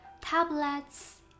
tablets